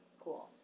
Cool